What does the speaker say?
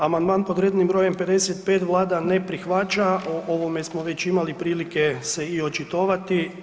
Amandman pod rednim brojem 5 Vlada ne prihvaća, o ovome smo već imali prilike se i očitovati.